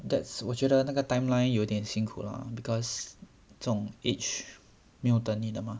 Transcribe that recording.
that's 我觉得那个 timeline 有点辛苦 lah because 这种 age 没有等你的吗